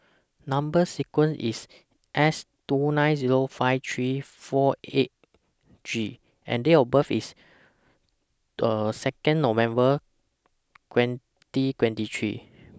Number sequence IS S two nine Zero five three four eight G and Date of birth IS Second November twenty twenty three